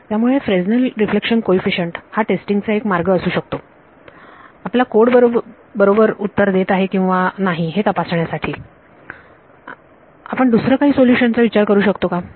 त्यामुळे Fresnel reflection coefficient हा testing चा एक मार्ग असू शकतो आपला कोड बरोबर उत्तर देत आहे किंवा नाही हे तपासण्यासाठी आपण दुसरा काही सोल्युशन चा विचार करू शकता का